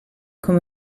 come